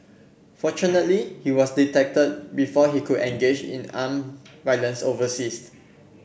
fortunately he was detected before he could engage in armed violence overseas